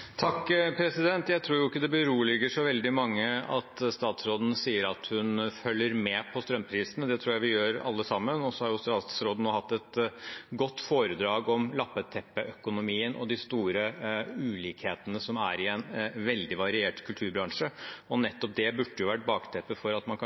Jeg tror ikke det beroliger så veldig mange at statsråden sier at hun følger med på strømprisene. Det tror jeg vi alle sammen gjør. Statsråden har nå holdt et godt foredrag om «lappeteppeøkonomien» og de store ulikhetene som er i en veldig variert kulturbransje. Nettopp det burde vært bakteppet for at man